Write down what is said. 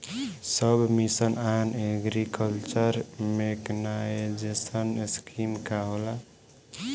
सब mission on agriculture mechanisation scheme का होला?